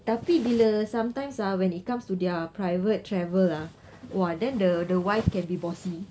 tapi bila sometimes ah when it comes to their private travel ah !wah! then the the wife can be bossy